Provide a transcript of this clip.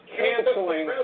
canceling